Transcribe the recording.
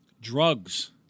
Drugs